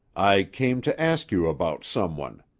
i came to ask you about someone.